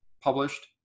published